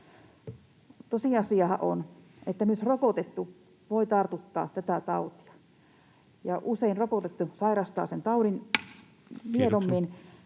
Tosiasiahan on, että myös rokotettu voi tartuttaa tätä tautia, ja kun usein rokotettu sairastaa sen taudin miedommin